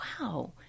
wow